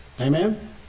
Amen